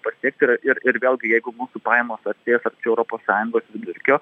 pasiekt ir ir ir vėlgi jeigu mūsų pajamos atės arčiau europos sąjungos vidurkio